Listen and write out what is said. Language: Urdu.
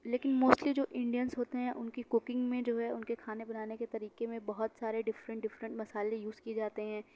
لیکن موسٹلی جو انڈین ہوتے ہیں ان کی کوکنگ میں جو ہے ان کے کھانے بنانے کے طریقے میں بہت سارے ڈفرینٹ ڈفرینٹ مسالے یوز کیے جاتے ہیں